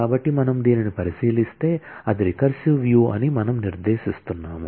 కాబట్టి మనము దీనిని పరిశీలిస్తే అది రికర్సివ్ వ్యూ అని మనము నిర్దేశిస్తున్నాము